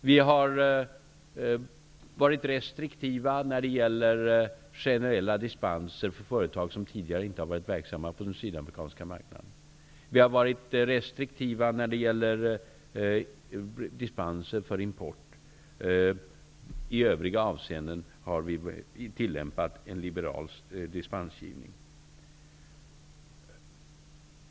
Vi har varit restriktiva när de gäller generella dispenser för företag som tidigare inte har varit verksamma på den sydafrikanska marknaden. Vi har varit restriktiva när det gäller dispenser för import. I övriga avseenden har vi tillämpat en liberal dispensgivning.